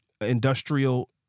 industrial